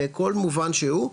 בכל מובן שהוא,